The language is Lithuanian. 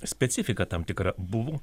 specifika tam tikra buvo